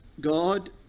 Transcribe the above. God